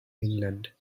england